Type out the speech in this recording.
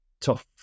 tough